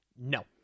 No